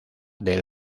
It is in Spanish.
del